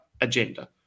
agenda